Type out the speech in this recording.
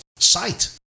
Sight